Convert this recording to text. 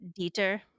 Dieter